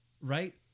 right